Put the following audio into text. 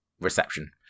reception